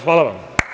Hvala.